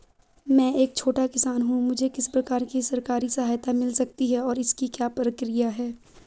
मैं एक छोटा किसान हूँ मुझे किस प्रकार की सरकारी सहायता मिल सकती है और इसकी क्या प्रक्रिया है?